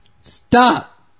Stop